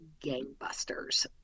gangbusters